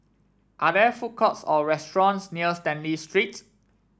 are there food courts or restaurants near Stanley Street